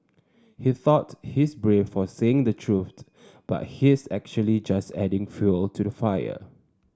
he thought he's brave for saying the truth but he's actually just adding fuel to the fire